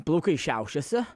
plaukai šiaušiasi